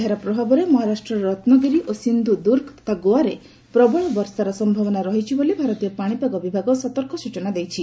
ଏହାର ପ୍ରଭାବରେ ମହାରାଷ୍ଟ୍ରର ରତ୍ନଗିରି ଓ ସିନ୍ଧୁ ଦୁର୍ଗ ତଥା ଗୋଆରେ ପ୍ରବଳ ବର୍ଷାର ସମ୍ଭାବନା ରହିଛି ବୋଲି ଭାରତୀୟ ପାଣିପାଗ ବିଭାଗ ସତର୍କ ସ୍ବଚନା ଦେଇଛି